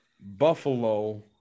Buffalo